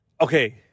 okay